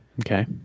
Okay